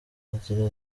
agira